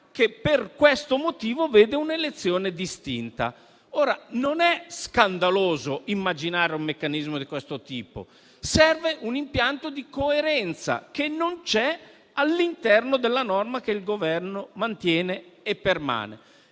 che, per questo motivo, vede un'elezione distinta. Ora, non è scandaloso immaginare un meccanismo di questo tipo. Serve un impianto di coerenza che non c'è all'interno della norma che il Governo mantiene. Appare